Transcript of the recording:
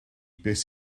beth